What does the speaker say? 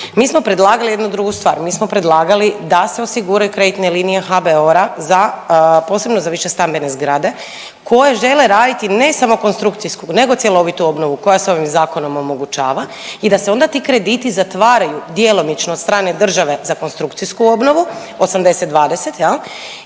mi smo predlagali jednu drugu stvar, mi smo predlagali da se osigura kreditne linije HBOR-a za posebno za višestambene zgrade koje žele raditi ne samo konstrukcijsku nego cjelovitu obnovu koja se ovim zakonom omogućava i da se onda ti krediti zatvaraju djelomično od strane države za konstrukcijsku obnovu 80-20 jel